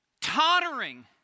tottering